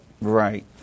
Right